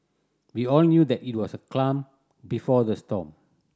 we all knew that it was the calm before the storm